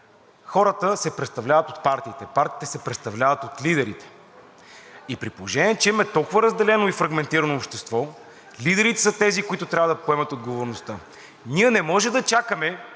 Хората се представляват от партиите. Партиите се представляват от лидерите. При положение че имаме толкова разделено и фрагментирано общество, лидерите са тези, които трябва да поемат отговорността. Ние не може да чакаме